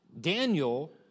Daniel